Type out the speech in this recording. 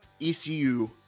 ECU